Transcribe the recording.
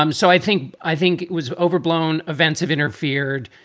um so i think i think it was overblown. events have interfered.